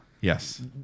Yes